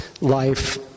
life